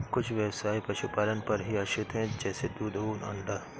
कुछ ब्यवसाय पशुपालन पर ही आश्रित है जैसे दूध, ऊन, अंडा